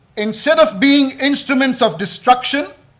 instead of being instruments of destruction,